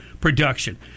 production